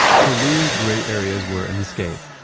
for louis, gray areas were an escape.